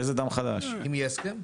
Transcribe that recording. אם יהיה הסכם.